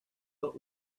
but